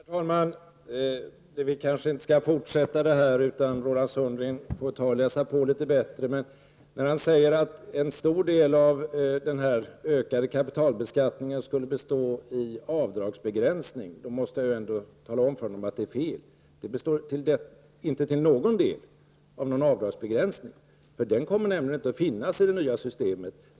Herr talman! Vi kanske inte skall fortsätta denna debatt, utan Roland Sundgren får i stället läsa på litet bättre. Men när han säger att en stor del av den ökade kapitalbeskattningen skulle bestå i avdragsbegränsning måste jag ändå tala om för honom att detta är fel. Den består inte till någon del av någon avdragsbegränsning, eftersom den nämligen inte kommer att finnas i det nya systemet.